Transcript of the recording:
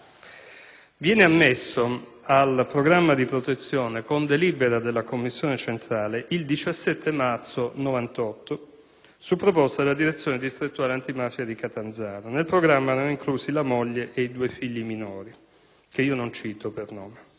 viene ammesso al programma di protezione, con delibera della commissione centrale, il 17 marzo 1998, su proposta della Direzione distrettuale antimafia di Catanzaro. Nel programma erano inclusi la moglie e i due figli minori, che non cito per nome.